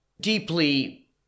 deeply